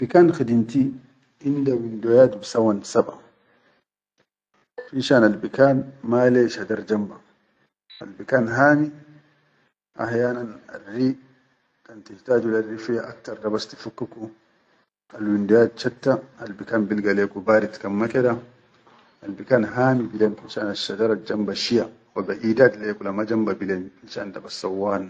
Bikan khidimti inda windoyat bissawwan sabaʼa finshan albikan mala shadar jamba, albikan hami ahyanan arri tihtaj lerri fiya aktar dibas tifakkukul windo chatta albikan bilga leku barid kan ma keda albikan hami bilen finshan asshadar ajjamba shiya wa baidat le kula ma jamba bilen fishan dabas sawwa.